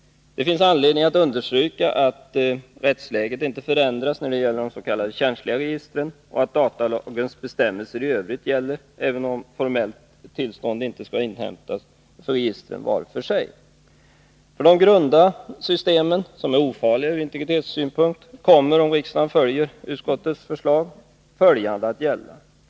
Det finns också anledning att understryka att rättsläget inte förändras när det gäller de s.k. känsliga registren och att datalagens bestämmelser i övrigt gäller, även om ett formellt tillstånd inte skall inhämtas för registren vart för sig. För de grunda systemen, som är ofarliga ur integritetssynpunkt, kommer om riksdagen följer utskottets förslag följande att gälla.